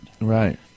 Right